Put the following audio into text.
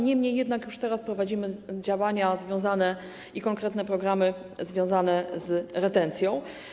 Niemniej jednak już teraz prowadzimy działania i konkretne programy związane z retencją.